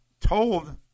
told